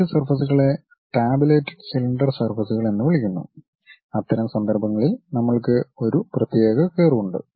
മറ്റ് സർഫസ്കളെ tabulated cylinder സർഫസ്കൾ എന്ന് വിളിക്കുന്നു അത്തരം സന്ദർഭങ്ങളിൽ നമ്മൾക്ക് ഒരു പ്രത്യേക കർവുണ്ട്